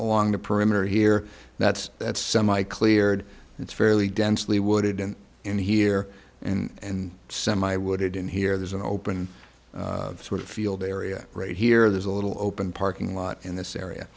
along the perimeter here that's that's semi cleared it's fairly densely wooded and in here and semi wooded in here there's an open field area right here there's a little open parking lot in this area